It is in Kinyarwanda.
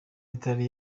mitali